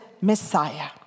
Messiah